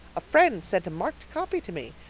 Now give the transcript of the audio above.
a friend sent a marked copy to me.